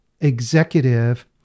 executive